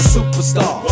superstar